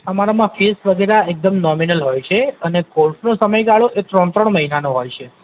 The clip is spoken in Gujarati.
અમારામાં ફીસ વગેરે એકદમ નોમિનલ હોય છે અને કોર્સનો સમય ગાળો એ ત્રણ ત્રણ મહિનાનો હોય છે